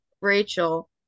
Rachel